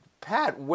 Pat